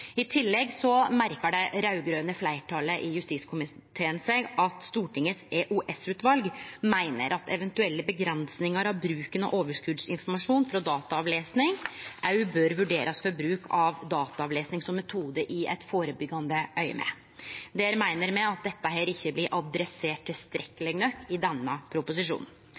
i straffeprosessloven, slik det står i innstillinga. I tillegg merkar det raud-grøne fleirtalet i justiskomiteen seg at Stortingets EOS-utval meiner at eventuelle avgrensingar i bruken av overskotsinformasjon frå dataavlesing òg bør vurderast ved bruk av dataavlesing som metode for å førebyggje. Det meiner me ikkje blir adressert tilstrekkeleg i denne proposisjonen.